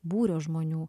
būrio žmonių